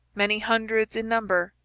many hundreds in number,